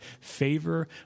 favor